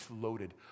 loaded